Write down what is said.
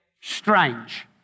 strange